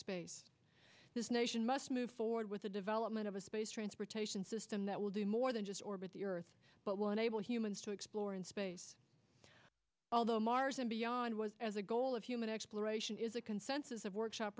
space this nation must move forward with the development of a space transportation system that will do more than just orbit the earth but will enable humans to explore in space although mars and beyond was as a goal of human exploration is a consensus of workshop